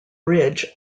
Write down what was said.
bridge